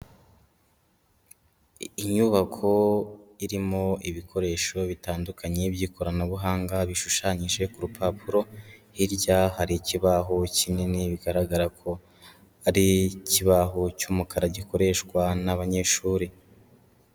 Inyubako irimo ibikoresho bitandukanye by'ikoranabuhanga bishushanyije ku rupapuro, hirya hari ikibaho kinini bigaragara ko, ari ikibaho cy'umukara gikoreshwa n'abanyeshuri.